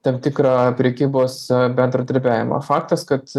tam tikrą prekybos bendradarbiavimą faktas kad